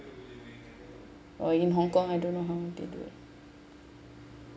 or in hong kong I don't know how they do it